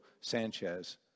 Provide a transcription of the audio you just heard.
Sanchez